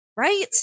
Right